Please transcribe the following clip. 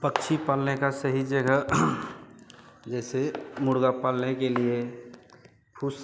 पक्षी पालने की सही जगह जैसे मुर्ग़ा पालने के लिए कुछ